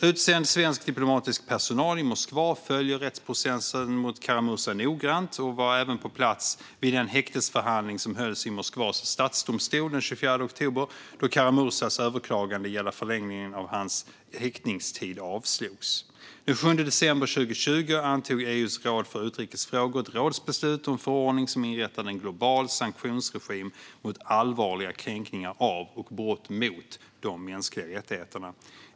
Utsänd svensk diplomatisk personal i Moskva följer rättsprocessen mot Kara-Murza noggrant och var även på plats vid den häktesförhandling som hölls i Moskvas stadsdomstol den 24 oktober, då Kara-Murzas överklagande gällande förlängningen av hans häktningstid avslogs. Den 7 december 2020 antog EU:s råd för utrikesfrågor ett rådsbeslut och en förordning som inrättade en global sanktionsregim mot allvarliga kränkningar av och brott mot de mänskliga rättigheterna.